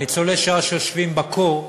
על ניצולי שואה שיושבים בקור,